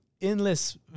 endless